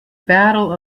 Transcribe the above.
battle